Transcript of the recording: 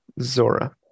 Zora